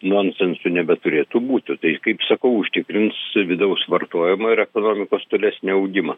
nonsensų nebeturėtų būt o tai kaip sakau užtikrins vidaus vartojimą ir ekonomikos tolesnį augimą